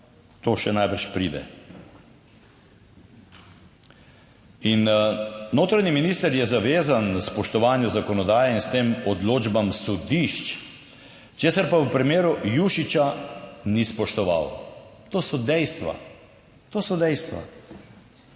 (nadaljevanje) In notranji minister je zavezan spoštovanju zakonodaje in s tem odločbam sodišč, česar pa v primeru Jušiča ni spoštoval. To so dejstva, to so dejstva.